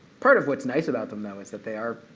part of what's nice about them, though, is that they are